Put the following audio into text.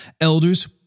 Elders